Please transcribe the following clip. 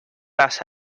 vas